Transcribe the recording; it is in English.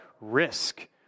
risk